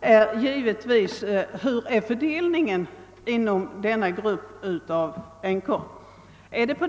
är givetvis hurdan fördelningen är inom denna grupp av änkor.